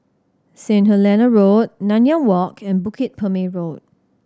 St Helena Road Nanyang Walk and Bukit Purmei Road